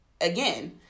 again